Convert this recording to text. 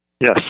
Yes